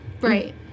Right